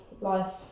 life